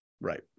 Right